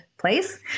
place